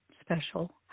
special